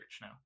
now